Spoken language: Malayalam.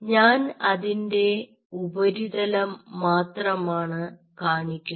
ഞാൻ അതിൻറെ ഉപരിതലം മാത്രമാണ് കാണിക്കുന്നത്